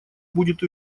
будет